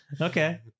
Okay